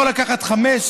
יכול לקחת חמש,